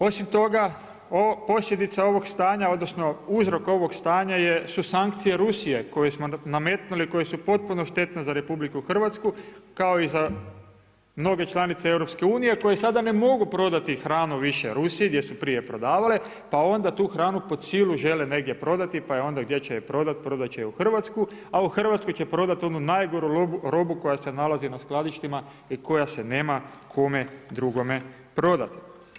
Osim toga posljedica ovog stanja, odnosno uzrok ovog stanja su sankcije Rusije koje smo nametnuli, koje su potpuno štetne za RH kao i za mnoge članice EU koje sada ne mogu prodati hranu više Rusiji gdje su prije prodavale pa onda tu hranu pod silu žene negdje prodati pa je onda gdje će prodati, prodati će ju u Hrvatsku a u Hrvatsku će prodati onu najgoru robu koja se nalazi na skladištima i koja se nema kome drugome prodati.